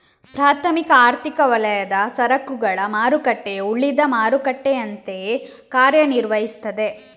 ಪ್ರಾಥಮಿಕ ಆರ್ಥಿಕ ವಲಯದ ಸರಕುಗಳ ಮಾರುಕಟ್ಟೆಯು ಉಳಿದ ಮಾರುಕಟ್ಟೆಯಂತೆಯೇ ಕಾರ್ಯ ನಿರ್ವಹಿಸ್ತದೆ